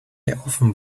often